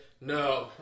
No